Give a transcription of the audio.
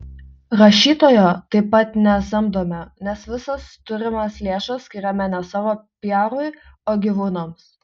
rašytojo taip pat nesamdome nes visas turimas lėšas skiriame ne savo piarui o gyvūnams